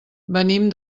venim